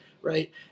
right